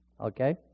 okay